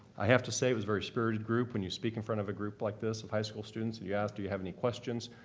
i have to say, it was a very spirited group. when you speak in front of a group like this of high school students, and you ask do you have any questions,